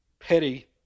petty